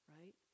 right